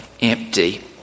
empty